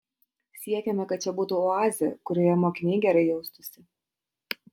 siekiame kad čia būtų oazė kurioje mokiniai gerai jaustųsi